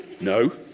No